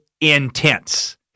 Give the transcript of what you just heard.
intense